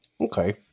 Okay